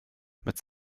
mit